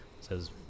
says